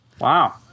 Wow